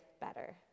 better